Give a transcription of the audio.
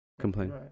complain